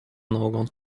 någon